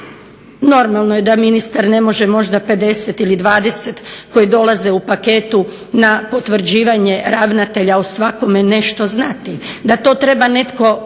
normalno je da ministar ne može možda 50 ili 20 koji dolaze u paketu na potvrđivanje ravnatelja o svakome nešto znati, da to treba netko promijeniti.